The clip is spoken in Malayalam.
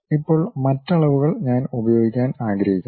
ഇപ്പോൾ മറ്റ് അളവുകൾ ഞാൻ ഉപയോഗിക്കാൻ ആഗ്രഹിക്കുന്നു